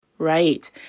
Right